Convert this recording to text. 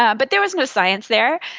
ah but there was no science there.